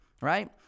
Right